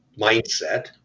mindset